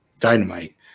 Dynamite